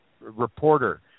reporter